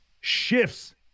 shifts